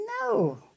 No